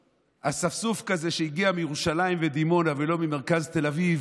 אספסוף כזה שהגיע מירושלים ודימונה ולא ממרכז תל אביב,